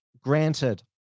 granted